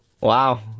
Wow